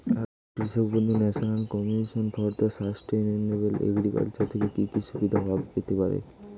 একজন কৃষক বন্ধু national commission for sustainable agriculture এর থেকে কি কি সুবিধা পেতে পারে?